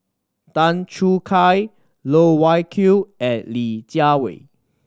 Tan Choo Kai Loh Wai Kiew and Li Jiawei